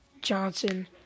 Johnson